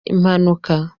impanuka